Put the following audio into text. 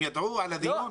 הם ידעו על הדיון?